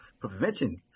prevention